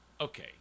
Okay